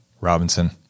robinson